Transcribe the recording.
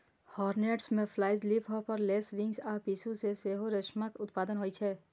hornets, mayflies, leafhopper, lacewings आ पिस्सू सं सेहो रेशमक उत्पादन होइ छै